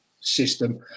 system